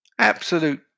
Absolute